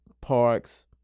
parks